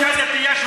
אישה דתייה.